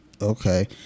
okay